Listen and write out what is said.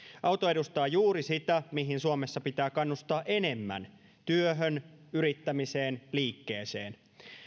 auto edustaa juuri sitä mihin suomessa pitää kannustaa enemmän työhön yrittämiseen liikkeeseen